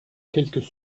quelques